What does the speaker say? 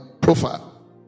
profile